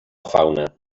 fauna